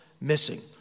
missing